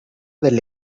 del